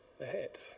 ahead